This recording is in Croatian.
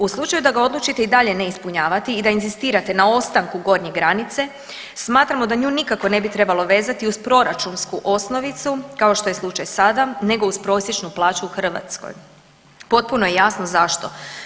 U slučaju da ga odlučite i dalje ne ispunjavati i da inzistirate na ostanku gornje granice smatramo da nju nikako ne bi trebalo vezati uz proračunsku osnovicu kao što je slučaj sada nego uz prosječnu plaću u Hrvatskoj, potpuno je jasno zašto.